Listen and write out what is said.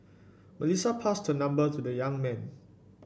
Melissa passed her number to the young man